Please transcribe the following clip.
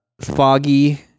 Foggy